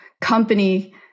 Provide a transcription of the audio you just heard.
company